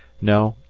no,